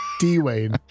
D-Wayne